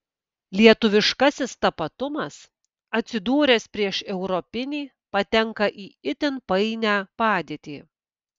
lietuviškasis tapatumas atsidūręs prieš europinį patenka į itin painią padėtį